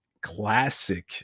classic